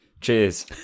Cheers